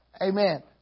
Amen